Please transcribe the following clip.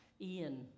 Ian